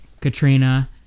Katrina